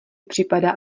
připadá